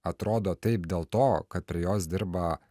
atrodo taip dėl to kad prie jos dirba